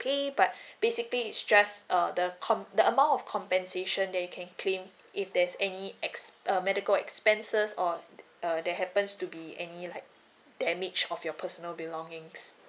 pay but basically it's just err the com~ the amount of compensation that you can claim if there's any ex~ err medical expenses or d~ uh there happens to be any like damage of your personal belongings